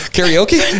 Karaoke